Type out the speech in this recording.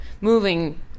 moving